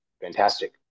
fantastic